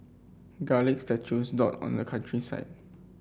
garlic statues dot on the countryside